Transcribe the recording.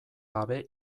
gabe